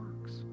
works